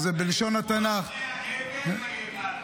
שזה בלשון התנ"ך --- "וילכו אחרי ההבל ויהבלו".